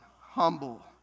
Humble